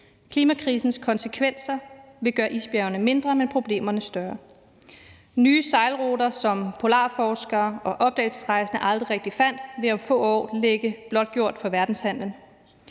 Klimakrisens konsekvenser vil gøre isbjergene mindre, men problemerne større. Nye sejlruter, som polarforskere og opdagelsesrejsende aldrig rigtig fandt, vil om få år være blotlagt for verdenshandelen,